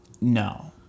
no